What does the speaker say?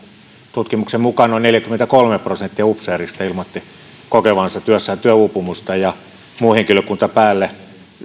tutkimuksen mukaan noin neljäkymmentäkolme prosenttia upseereista ilmoitti kokevansa työssään työuupumusta ja muu henkilökunta päälle